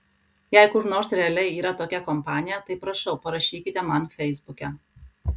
jei kur nors realiai yra tokia kompanija tai prašau parašykite man feisbuke